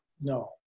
No